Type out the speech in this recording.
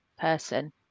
person